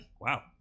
wow